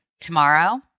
tomorrow